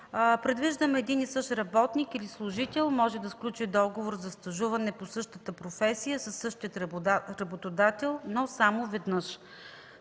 Предвиждаме един и същи работник или служител да може да сключи договор за стажуване по същата професия със същия работодател, но само веднъж.